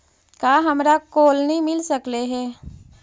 का हमरा कोलनी मिल सकले हे?